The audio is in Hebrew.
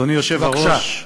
אדוני היושב-ראש,